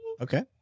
Okay